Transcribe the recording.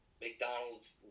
McDonald's